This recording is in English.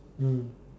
mm